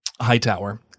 Hightower